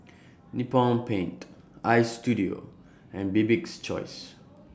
Nippon Paint Istudio and Bibik's Choice